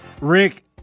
Rick